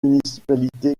municipalité